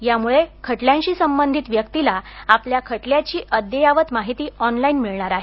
यामुळे खटल्याशी संबंधित व्यक्तिला आपल्या खटल्याची अद्ययावत माहिती ऑनलाईन मिळणार आहे